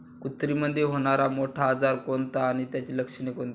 कुत्रीमध्ये होणारा मोठा आजार कोणता आणि त्याची लक्षणे कोणती?